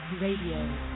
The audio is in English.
Radio